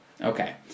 Okay